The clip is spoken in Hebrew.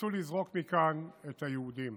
רצו לזרוק מכאן את היהודים: